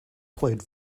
played